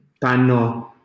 Pano